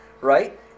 right